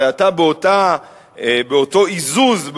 הרי אתה באותו עזוז,